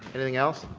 anything else?